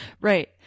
Right